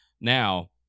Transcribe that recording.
Now